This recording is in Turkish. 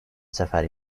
sefer